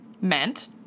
meant